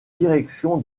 direction